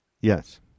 Yes